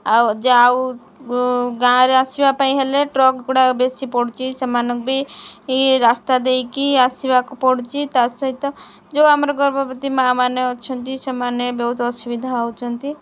ଆଉ ଯା ଆଉ ଗାଁରେ ଆସିବା ପାଇଁ ହେଲେ ଟ୍ରକ୍ ଗୁଡ଼ା ବେଶୀ ପଡ଼ୁଛି ସେମାନଙ୍କୁ ବି ରାସ୍ତା ଦେଇକି ଆସିବାକୁ ପଡ଼ୁଛି ତା ସହିତ ଯେଉଁ ଆମର ଗର୍ଭବତୀ ମାଆମାନେ ଅଛନ୍ତି ସେମାନେ ବହୁତ ଅସୁବିଧା ହେଉଛନ୍ତି